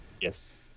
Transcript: Yes